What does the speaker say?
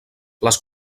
les